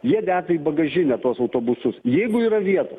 jie deda į bagažinę tuos autobusus jeigu yra vietų